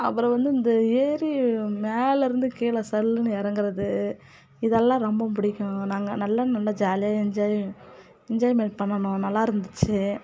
அப்புறம் வந்து இந்த ஏறி மேலே இருந்து கீழே சல்லுன்னு இறங்குறது இதெல்லாம் ரொம்ப பிடிக்கும் நாங்கள் நல்ல நல்லா ஜாலியாக என்ஜாயும் என்ஜாயிமெண்ட் பண்ணுனோம் நல்லா இருந்துச்சு